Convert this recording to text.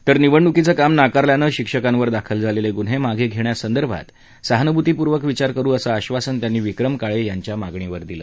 तर निवडणुकीचं काम नाकारल्यानं शिक्षकांवर दाखल झालेले गुन्हे मागे घेण्यासंदर्भात सहानुभूतीपूर्वक विचार करू असं आश्वासन त्यांनी विक्रम काळे यांच्या मागणीवर दिलं